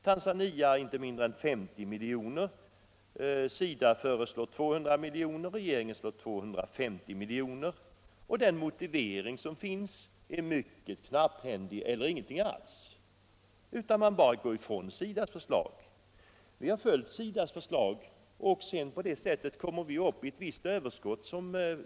Tanzania får inte mindre än 50 miljoner mera; SIDA föreslår 200 miljoner, regeringen föreslår 250 miljoner. Den motivering som finns är mycket knapphändig eller ingen alls. Regeringen bara går ifrån SIDA:s förslag. Vi följer däremot SIDA, och på det sättet kommer vi upp i ett visst överskott.